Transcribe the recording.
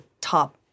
top